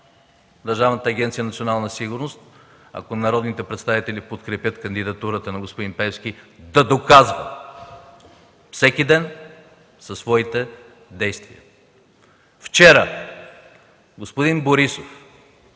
Държавната агенция „Национална сигурност”, ако народните представители подкрепят кандидатурата на господин Пеевски, да доказва всеки ден със своите действия. Вчера господин Борисов